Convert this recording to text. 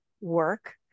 work